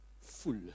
full